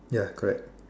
ya correct